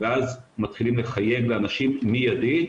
ואז מתחילים לחייג לאנשים מיידית.